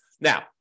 Now